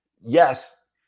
yes